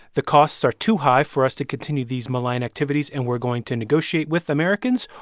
the costs are too high for us to continue these malign activities and we're going to negotiate with americans?